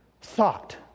thought